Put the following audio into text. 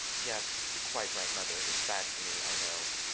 yes you're quite right, mother. it's bad for me, i know.